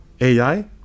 AI